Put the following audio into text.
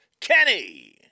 kenny